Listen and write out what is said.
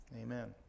Amen